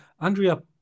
Andrea